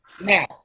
Now